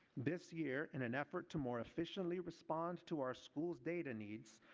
this year in an effort to more efficiently respond to our school's data needs,